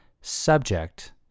subject